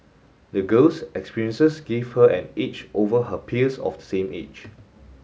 the girl's experiences give her an edge over her peers of the same age